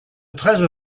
treize